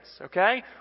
okay